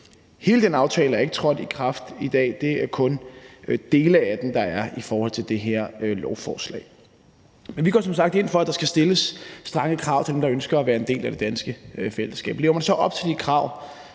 Hele den aftale er ikke trådt i kraft endnu, det er der kun dele af den der er i forhold til det her lovforslag. Men vi går som sagt ind for, at der skal stilles strenge krav til dem, der ønsker at være en del af det danske fællesskab. Lever man så op til de krav,